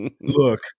Look